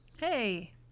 hey